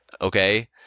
Okay